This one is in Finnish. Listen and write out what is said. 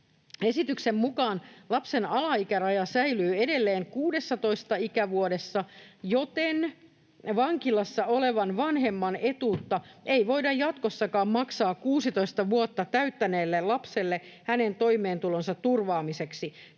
Esityksen mukaan lapsen alaikäraja säilyy edelleen 16 ikävuodessa, joten vankilassa olevan vanhemman etuutta ei voida jatkossakaan maksaa 16 vuotta täyttäneelle lapselle hänen toimeentulonsa turvaamiseksi.